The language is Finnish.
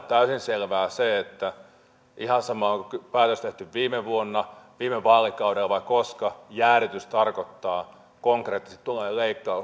täysin selvää se että ihan sama onko päätös tehty viime vuonna viime vaalikaudella vai koska jäädytys tarkoittaa konkreettisesti tulojen